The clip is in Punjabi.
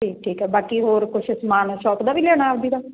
ਠੀਕ ਠੀਕ ਹੈ ਬਾਕੀ ਹੋਰ ਕੁਛ ਸਮਾਨ ਸ਼ੌਪ ਦਾ ਵੀ ਲੈਣਾ ਆਪ ਦੀ ਦਾ